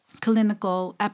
Clinical